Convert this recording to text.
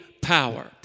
power